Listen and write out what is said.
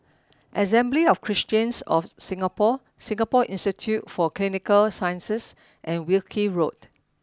Assembly of Christians of Singapore Singapore Institute for Clinical Sciences and Wilkie Road